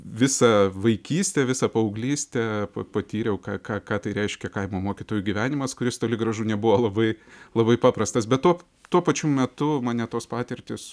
visą vaikystę visą paauglystę patyriau ką ką ką tai reiškia kaimo mokytojų gyvenimas kuris toli gražu nebuvo labai labai paprastas be to tuo pačiu metu mane tos patirtys